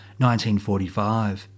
1945